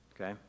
Okay